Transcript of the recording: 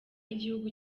igihugu